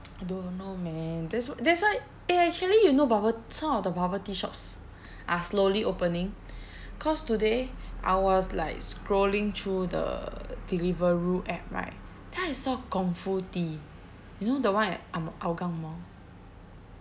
I don't know man that's that's why eh actually you know bubble some of the bubble tea shops are slowly opening cause today I was like scrolling through the Deliveroo app right then I saw Kung Fu Tea you know the one at ang mo~ hougang mall